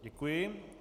Děkuji.